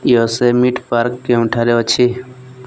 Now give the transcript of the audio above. Yosemite park କେଉଁଠାରେ ଅଛି